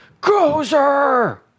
Gozer